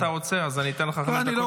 אם אתה רוצה, אתן לך חמש דקות.